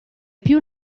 più